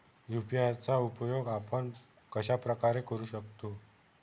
UPI चा उपयोग आपण कशाप्रकारे करु शकतो?